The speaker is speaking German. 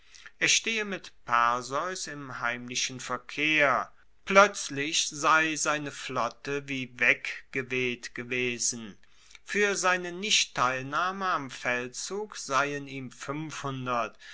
er stehe mit perseus im heimlichen verkehr ploetzlich sei seine flotte wie weggeweht gewesen fuer seine nichtteilnahme am feldzug seien ihm